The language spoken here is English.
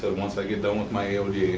but once i get done with my aoda,